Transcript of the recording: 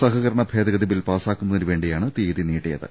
സഹകരണ ഭേദഗതി ബിൽ പാസ്റ്റാക്കുന്നതിന് വേണ്ടിയാണ് തീയതി നീട്ടിയത്